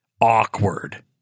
awkward